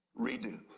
redo